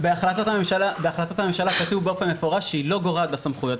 בהחלטת הממשלה כתוב באופן מפורש שהיא לא גורעת מהסמכויות.